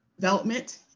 development